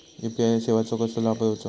UPI सेवाचो कसो लाभ घेवचो?